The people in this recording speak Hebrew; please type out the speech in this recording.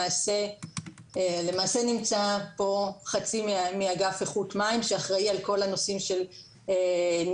למעשה נמצא פה חצי מאגף איכות מים שאחראי על כל הנושאים של ניטור,